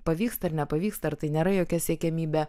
pavyksta ar nepavyksta ar tai nėra jokia siekiamybė